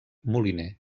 moliner